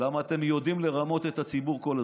למה אתם יודעים לרמות את הציבור כל הזמן.